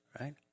right